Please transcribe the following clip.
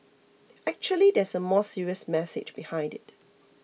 actually there's a more serious message behind it